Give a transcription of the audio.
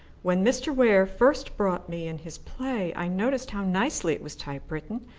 when mr. ware first brought me in his play, i noticed how nicely it was typewritten.